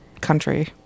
country